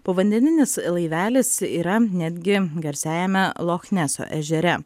povandeninis laivelis yra netgi garsiajame lochneso ežere